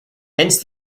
hence